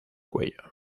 cuello